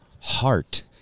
Heart